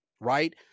right